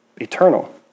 eternal